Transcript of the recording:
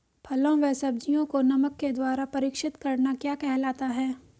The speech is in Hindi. फलों व सब्जियों को नमक के द्वारा परीक्षित करना क्या कहलाता है?